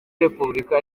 repubulika